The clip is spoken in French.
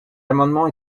amendement